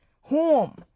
home